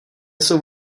jsou